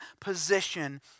position